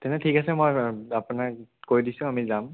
তেনে ঠিক আছে মই আপোনাক কৈ দিছোঁ আমি যাম